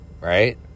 right